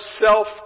self